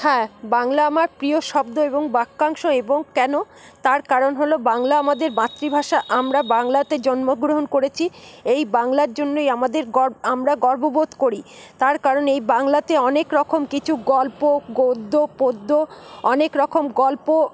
হ্যাঁ বাংলা আমার প্রিয় শব্দ এবং বাক্যাংশ এবং কেন তার কারণ হল বাংলা আমাদের মাতৃভাষা আমরা বাংলাতে জন্মগ্রহণ করেছি এই বাংলার জন্যই আমাদের আমরা গর্ব বোধ করি তার কারণ এই বাংলাতে অনেক রকম কিছু গল্প গদ্য পদ্য অনেক রকম গল্প